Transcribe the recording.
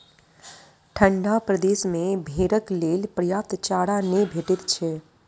ठंढा प्रदेश मे भेंड़क लेल पर्याप्त चारा नै भेटैत छै